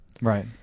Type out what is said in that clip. Right